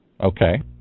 Okay